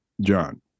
John